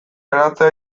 geratzea